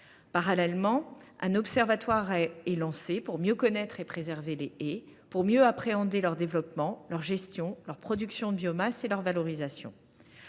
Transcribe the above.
Parallèlement, un observatoire a été lancé pour mieux connaître et préserver les haies, par une meilleure appréhension de leur développement, de leur gestion, de leur production de biomasse et de leur valorisation.